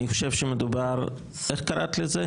לגופו של עניין אני חושב שמדובר איך קראת לזה?